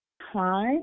hi